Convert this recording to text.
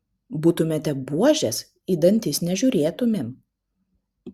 būtumėte buožės į dantis nežiūrėtumėm